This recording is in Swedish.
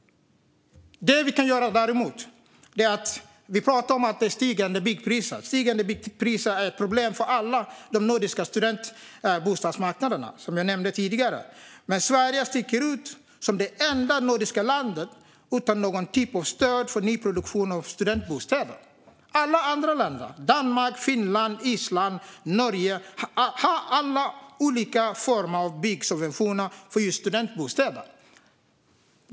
Vi pratar om stigande byggpriser, och stigande byggpriser är ett problem för alla de nordiska studentbostadsmarknaderna, något som jag nämnde tidigare. Men Sverige sticker ut som det enda nordiska landet utan någon typ av stöd för nyproduktion av studentbostäder. Alla de andra länderna - Danmark, Finland, Island och Norge - har olika former av byggsubventioner för just studentbostäder.